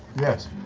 yes?